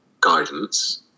guidance